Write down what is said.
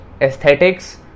aesthetics